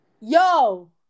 Yo